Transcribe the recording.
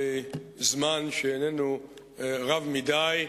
בזמן שאיננו רב מדי,